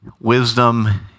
wisdom